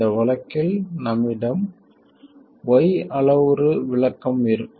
இந்த வழக்கில் நம்மிடம் y அளவுரு விளக்கம் இருக்கும்